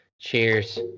cheers